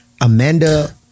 Amanda